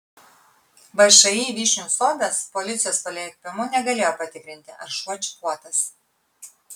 všį vyšnių sodas policijos paliepimu negalėjo patikrinti ar šuo čipuotas